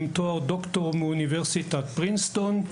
עם תואר דוקטור מאוניברסיטת Princeton.